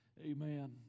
Amen